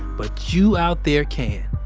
but, you out there can.